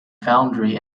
foundry